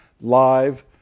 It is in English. live